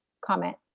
comment